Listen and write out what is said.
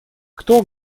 кто